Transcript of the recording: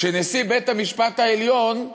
שנשיא בית-המשפט העליון,